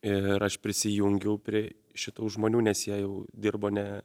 ir aš prisijungiau prie šitų žmonių nes jie jau dirbo ne